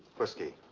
whisky?